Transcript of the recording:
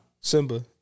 Simba